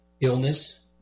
illness